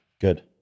Good